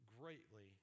greatly